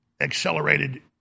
accelerated